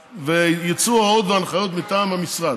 ויצאו הוראות והנחיות מטעם המשרד.